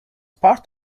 part